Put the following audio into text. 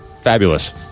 Fabulous